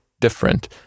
different